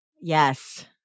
Yes